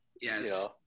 yes